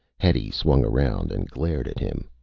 hetty swung around and glared at him.